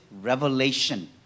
revelation